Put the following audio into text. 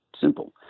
simple